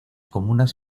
comunas